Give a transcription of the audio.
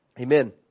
Amen